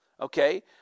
Okay